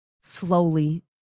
slowly